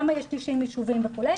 למה יש 90 ישובים וכולי?